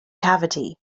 cavity